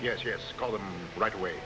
yes yes call them right away